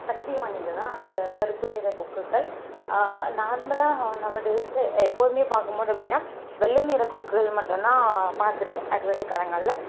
சக்தி வாய்ந்ததாக அந்த கருப்பு நிற கொக்குகள் நார்மலாக நௌ அ டேஸில் எப்போதுமே பாக்கும்போது அப்படின்னா வெள்ளைநிற கொக்குகள் மட்டும்தான் பார்த்துருக்கேன் அறுவடைக் காலங்களில்